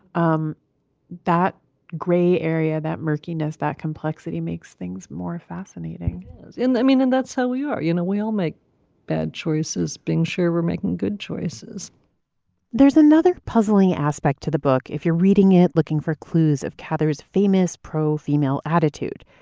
um that gray area, that murky nose, that complexity makes things more fascinating i mean, and that's how we are. you know, we all make bad choices. being sure we're making good choices there's another puzzling aspect to the book. if you're reading it, looking for clues of cather's famous pro female attitude,